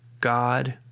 God